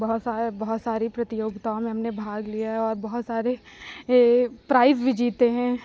बहुत सारा बहुत सारी प्रतियोगिताओं में हमने भाग किया है और बहुत सारे प्राइज भी जीते हैं